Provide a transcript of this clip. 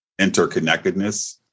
interconnectedness